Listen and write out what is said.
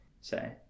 say